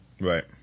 Right